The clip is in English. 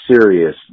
serious